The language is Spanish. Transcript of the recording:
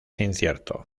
incierto